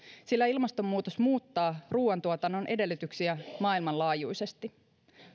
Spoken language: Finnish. sillä ilmastonmuutos muuttaa ruuantuotannon edellytyksiä maailmanlaajuisesti